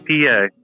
PA